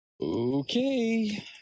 Okay